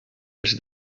els